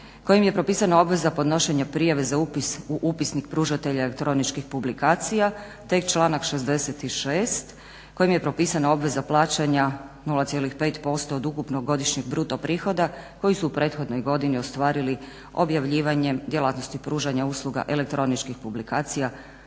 kojim je propisana obveza podnošenja prijave za upis u upisnik pružatelja elektroničkih publikacija, tek članak 66. kojim je propisana obveza plaćanja 0,5% od ukupnog godišnjeg bruto prihoda koji su u prethodnoj godini ostvarili objavljivanjem, djelatnosti pružanja usluga elektroničkih publikacija